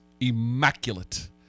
immaculate